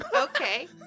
Okay